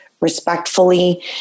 respectfully